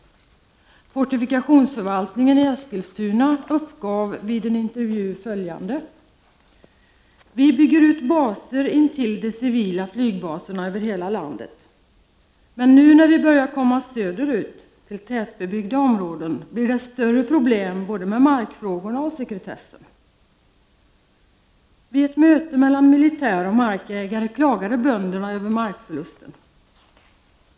Vid fortifikationsförvaltningen i Eskilstuna uppgav man vid en intervju följande: ”Vi bygger ut baser intill de civila flygplatserna över hela landet ——--. Men nu när vi börjar komma söderut till tätbebyggda områden blir det större problem både med markfrågorna och sekretessen”. Vid ett möte mellan militär och markägare klagade bönderna över markförlusten.